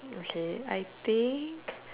okay I think